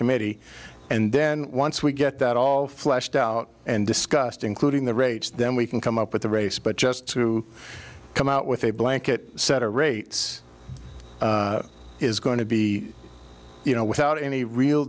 committee and then once we get that all fleshed out and discussed including the rates then we can come up with the race but just to come out with a blanket set a rates is going to be you know without any real